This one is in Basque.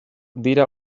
dira